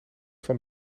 van